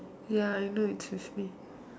ya I know it's with me